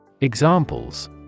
Examples